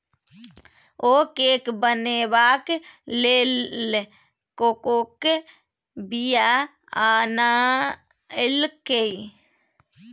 ओ cake बनेबाक लेल कोकोक बीया आनलकै